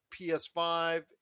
PS5